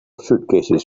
suitcases